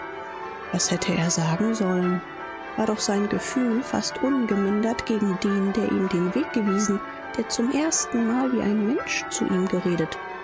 was hätte er sagen sollen war doch sein gefühl fast ungemindert gegen den der ihm den weg gewiesen der zum erstenmal wie ein mensch zu ihm geredet